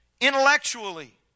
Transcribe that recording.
intellectually